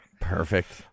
Perfect